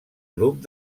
grup